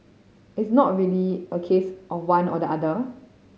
it's not really a case of one or the other